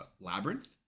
Labyrinth